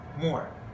more